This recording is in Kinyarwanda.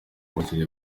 abakinnyi